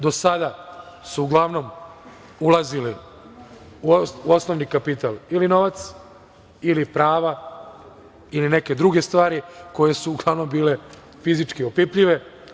Do sada su uglavnom ulazili u osnovni kapital ili novac ili prava ili neke druge stvari, koje su uglavnom bile fizički opipljive.